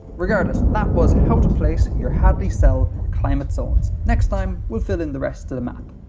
regardless, that was how to place your hadley cell climate zones. next time. we'll fill in the rest of the map.